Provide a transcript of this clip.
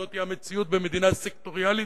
זאת המציאות במדינה סקטוריאלית,